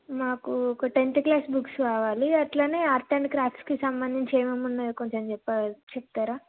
మాకు ఒక tenth class books కావాలి అట్లనే ఆర్ట్ అండ్ క్రాఫ్ట్స్కి సంబంధించి ఏమేమి ఉన్నాయో కొంచం చెప్ప చెప్తారా